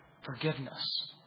Forgiveness